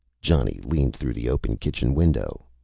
johnny leaned through the open kitchen window.